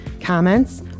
comments